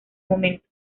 momento